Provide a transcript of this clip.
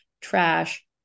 trash